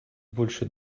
больше